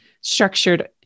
structured